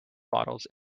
bottles